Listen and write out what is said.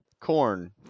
Corn